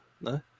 no